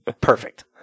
Perfect